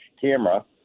camera